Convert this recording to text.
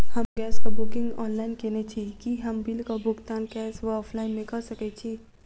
हम गैस कऽ booking online केने छी, की हम बिल कऽ भुगतान कैश वा ऑफलाइन मे कऽ सकय छी?